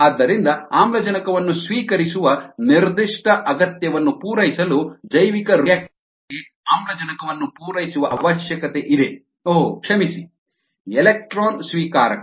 ಆದ್ದರಿಂದ ಆಮ್ಲಜನಕವನ್ನು ಸ್ವೀಕರಿಸುವ ನಿರ್ದಿಷ್ಟ ಅಗತ್ಯವನ್ನು ಪೂರೈಸಲು ಜೈವಿಕರಿಯಾಕ್ಟರ್ ಗಳಿಗೆ ಆಮ್ಲಜನಕವನ್ನು ಪೂರೈಸುವ ಅವಶ್ಯಕತೆಯಿದೆ ಓಹ್ ಕ್ಷಮಿಸಿ ಎಲೆಕ್ಟ್ರಾನ್ ಸ್ವೀಕಾರಕ